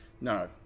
No